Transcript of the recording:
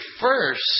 first